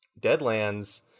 Deadlands